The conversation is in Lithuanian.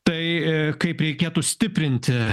tai kaip reikėtų stiprinti